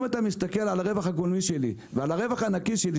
אם אתה מסתכל על הרווח הגולמי שלי ועל הרווח הנקי שלי,